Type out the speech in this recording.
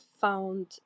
found